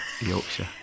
Yorkshire